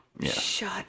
Shut